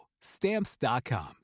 Stamps.com